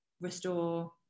restore